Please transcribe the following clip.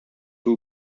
who